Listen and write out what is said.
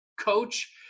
coach